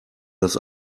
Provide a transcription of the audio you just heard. das